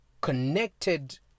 connected